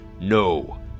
no